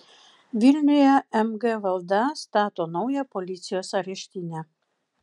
vilniuje mg valda stato naują policijos areštinę